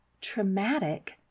traumatic